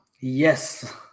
yes